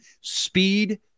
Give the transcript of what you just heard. speed